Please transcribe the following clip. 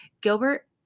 Gilbert